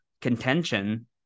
contention